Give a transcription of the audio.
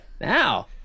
Now